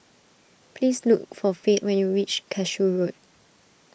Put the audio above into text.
please look for Fate when you reach Cashew Road